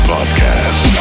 Podcast